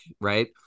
right